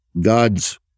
God's